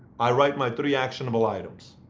i write my three actionable items.